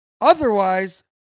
otherwise